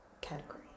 category